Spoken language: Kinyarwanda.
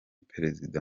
perezida